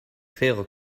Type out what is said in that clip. quere